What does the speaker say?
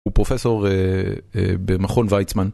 הוא פרופסור במכון ויצמן.